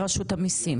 המיסים.